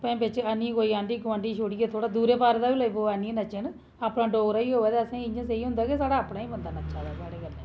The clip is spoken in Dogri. भांए बिच आह्नियै कोई आंडी गुआंढी छोड़ियै कोई भामें दूरै पारै दा बी लेई पवै आह्नियै नच्चन अपना डोगरा गै होऐ ते इ'यां सेही होंदा ऐ कि कोई अपना गै बंदा नच्चै दा